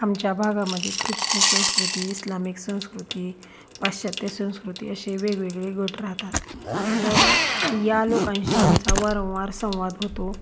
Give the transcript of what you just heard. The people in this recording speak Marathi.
आमच्या भागामध्ये ख्रिच्चन संस्कृती इस्लामिक संस्कृती पाश्चात्य संस्कृती असे वेगवेगळे गट राहतात तर या लोकांशी आमचा वारंवार संवाद होतो